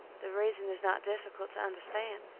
the reason is not difficult to understand.